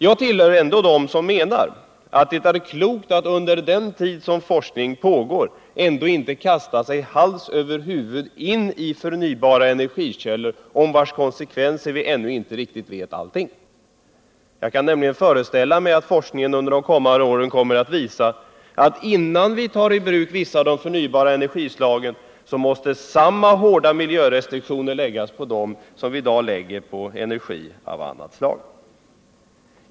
Jag tillhör dem som menar att det är klokt att inte under den tid som forskning pågår kasta sig hals över huvud in i förnybara energikällor, om vilkas konsekvenser vi ännu inte riktigt vet allting. Jag kan nämligen föreställa mig att forskningen under de kommande åren kommer att visa att innan vi tar i bruk vissa av de förnybara energislagen, så måste samma hårda miljörestriktioner tillämpas i samband med dem som vi i dag tillämpar när det gäller energi av annat slag.